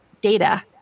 data